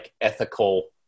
ethical